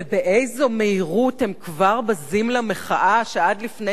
ובאיזו מהירות הם כבר בזים למחאה שעד לפני